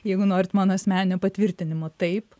jeigu norit mano asmeninio patvirtinimo taip